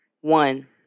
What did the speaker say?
one